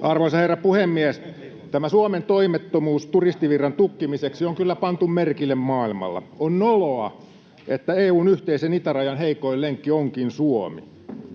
Arvoisa herra puhemies! Tämä Suomen toimettomuus turistivirran tukkimiseksi on kyllä pantu merkille maailmalla. On noloa, että EU:n yhteisen itärajan heikoin lenkki onkin Suomi.